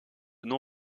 non